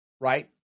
right